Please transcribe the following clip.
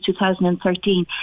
2013